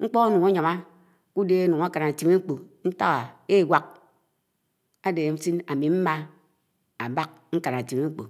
nkpo aãyun àyáma ke ùde ãnun ãkan Ētim Ekpo̱ ḵe ñtak ewak, ãde ãsin ãmi m̃ma Abak ñkan Etimb Ēkpo̱.